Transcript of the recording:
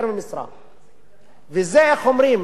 וזה האכיפה והפקחים